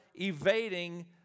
evading